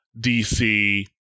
dc